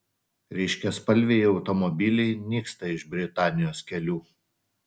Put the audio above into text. ryškiaspalviai automobiliai nyksta iš britanijos kelių